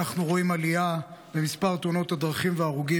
אנחנו רואים עלייה במספר תאונות הדרכים וההרוגים